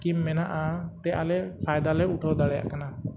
scheme ᱢᱮᱱᱟᱜᱼᱟ ᱛᱮ ᱟᱞᱮ ᱯᱷᱟᱭᱫᱟ ᱞᱮ ᱩᱴᱷᱟᱹᱣ ᱫᱟᱲᱮᱭᱟᱜ ᱠᱟᱱᱟ